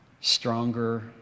stronger